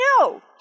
No